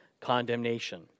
condemnation